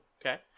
Okay